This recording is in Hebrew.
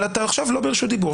אתה עכשיו לא ברשות דיבור,